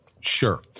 sure